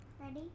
Ready